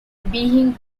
being